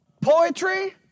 poetry